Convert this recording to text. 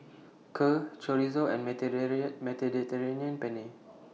Kheer Chorizo and Mediterranean Penne